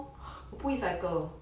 我不会 cycle